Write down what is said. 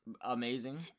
Amazing